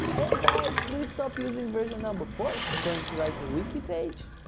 hey, guys. please stop using version number four. going to write the wiki page?